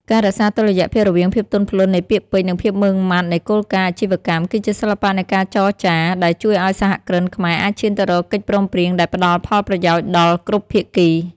ការរក្សាតុល្យភាពរវាងភាពទន់ភ្លន់នៃពាក្យពេចន៍ និងភាពម៉ឺងម៉ាត់នៃគោលការណ៍អាជីវកម្ម គឺជាសិល្បៈនៃការចរចាដែលជួយឱ្យសហគ្រិនខ្មែរអាចឈានទៅរកកិច្ចព្រមព្រៀងដែលផ្ដល់ផលប្រយោជន៍ដល់គ្រប់ភាគី។